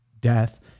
death